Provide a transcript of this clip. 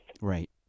right